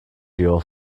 your